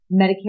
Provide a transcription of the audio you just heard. Medicare